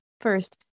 First